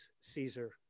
Caesar